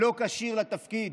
לא כשיר לתפקיד,